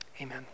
Amen